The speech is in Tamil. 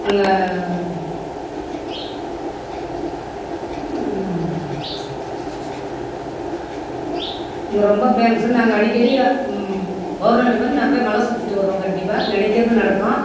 எங்கே இங்கே ரொம்ப ஃபேமஸ்ஸுன்னு நாங்கள் அடிக்கடி பெளர்ணமி பெளர்ணமி நாங்கள் போய் மலை சுற்றிட்டு வருவோம் கண்டிப்பாக நினைக்கறது நடக்கும்